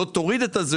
היא לא תוריד את הזיהום,